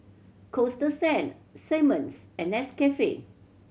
Coasta Sand Simmons and Nescafe